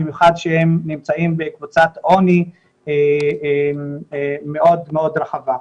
במיוחד שהם נמצאים בקבוצת עוני מאוד מאוד רחבה.